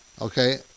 Okay